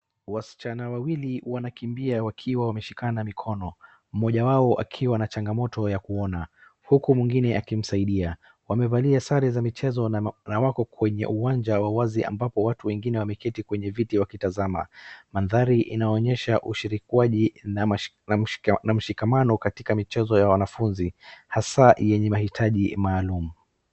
Wasichana wawili wanakimbia wakiwa wameshikana mikono. Mmoja wao akiwa na changamoto ya kuona huku mwingine akimsaidia. Wamevalia sare za michezo na wako kwenye uwanja wa wazi ambapo watu wengine wameketi kwenye viti wakitazama. Mandari inaonysha ushirikwaji na mshikamano katiaka michezo wanafunzi hasa yenye mahitaji maalum.